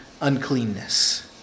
uncleanness